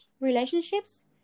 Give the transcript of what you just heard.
relationships